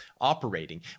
operating